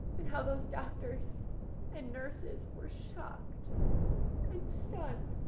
and how those doctors and nurses were shocked and stunned